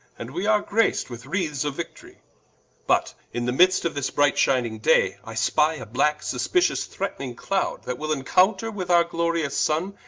and we are grac'd with wreaths of victorie but in the midst of this bright-shining day, i spy a black suspicious threatning cloud, that will encounter with our glorious sunne,